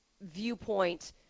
viewpoint